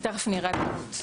תכף נראה פירוט.